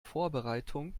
vorbereitung